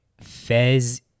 Fez